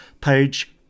page